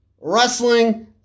Wrestling